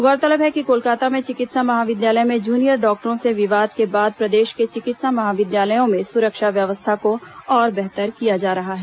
गौरतलब है कि कोलकाता में चिकित्सा महाविद्यालय में जूनियर डॉक्टरों से विवाद के बाद प्रदेश के चिकित्सा महाविद्यालयों में सुरक्षा व्यवस्था को और बेहतर किया जा रहा है